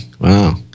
Wow